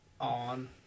on